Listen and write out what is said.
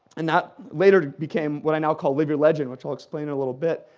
and that later became what i now call live your legend, which i'll explain in a little bit.